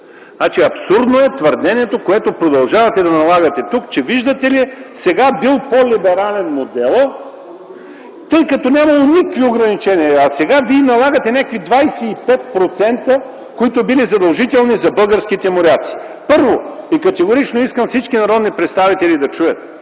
сила. Абсурдно е твърдението, което продължавате да налагате тук, че виждате ли, сега моделът бил по-либерален, тъй като нямало никакви ограничения. А сега Вие налагате някакви 25%, които били задължителни за българските моряци. Първо, и категорично искам всички народни представители да чуят